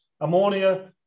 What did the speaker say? ammonia